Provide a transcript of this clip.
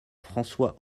françois